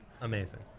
Amazing